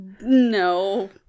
No